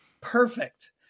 perfect